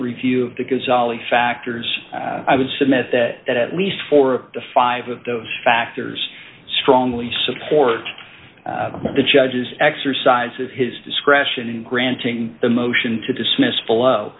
review because ali factors i would submit that at least four or five of those factors strongly support the judge's exercise of his discretion in granting the motion to dismiss